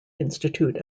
institute